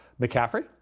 McCaffrey